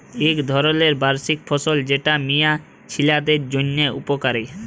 ইক ধরলের বার্ষিক ফসল যেট মিয়া ছিলাদের জ্যনহে উপকারি